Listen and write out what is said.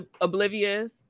oblivious